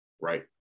right